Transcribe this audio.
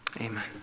Amen